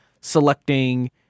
selecting